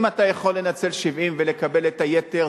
אם אתה יכול לנצל 70% ולקבל את היתר,